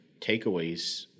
takeaways